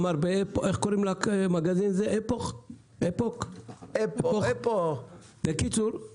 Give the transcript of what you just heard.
כל להתייחס לכמה דברים שנאמרו ולדחות מכל וכל את הקשר שקשרו